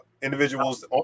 individuals